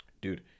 dude